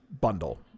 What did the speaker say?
bundle